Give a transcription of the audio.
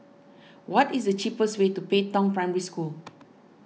what is the cheapest way to Pei Tong Primary School